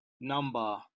number